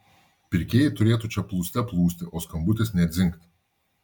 pirkėjai turėtų čia plūste plūsti o skambutis nė dzingt